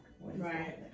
right